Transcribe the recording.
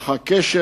אך הקשר